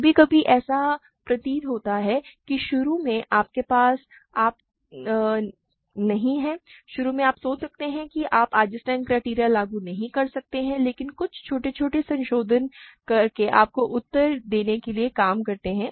कभी कभी ऐसा प्रतीत हो सकता है कि शुरू में आपके पास आप नहीं हैं शुरू में आप सोच सकते हैं कि आप आइजेंस्टाइन क्राइटेरियन लागू नहीं कर सकते हैं लेकिन कुछ छोटे संशोधन आपको उत्तर देने के लिए काम करते हैं